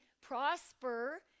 prosper